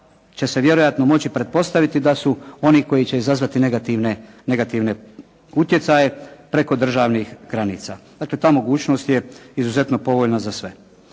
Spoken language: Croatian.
će se vjerojatno moći pretpostaviti da su oni koji će izazvati negativne utjecaje preko državnih granica. Dakle, ta mogućnost je izuzetno povoljna za sve.